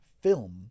film